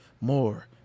more